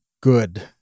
good